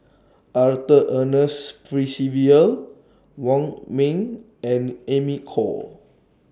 Arthur Ernest Percival Wong Ming and Amy Khor